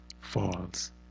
falls